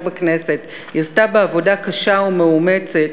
בכנסת היא עשתה בעבודה קשה ומאומצת,